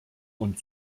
und